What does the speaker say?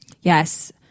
Yes